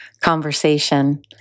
conversation